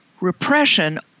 repression